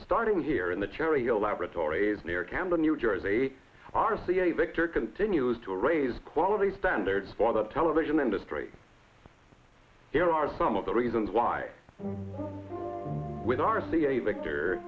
starting here in the cherry hill laboratories near camden new jersey r c a victor continues to raise quality standards for the television industry here are some of the reasons why with r c a victor